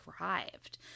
arrived